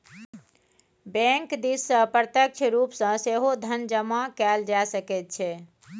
bank दिससँ प्रत्यक्ष रूप सँ सेहो धन जमा कएल जा सकैत छै